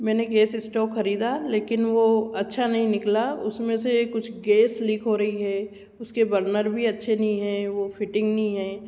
मैंने gas stove खरीदा लेकिन वह अच्छा नहीं निकला उसमें से कुछ गैस लीक हो रही है उसके बर्नर भी अच्छे नहीं हैं वह फिटिंग नहीं है